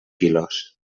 quilos